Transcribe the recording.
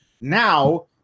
now